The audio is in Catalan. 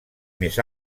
més